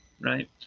right